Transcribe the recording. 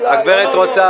החקיקה היא הכתובת.